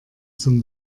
zum